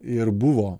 ir buvo